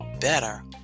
better